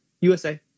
usa